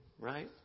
Right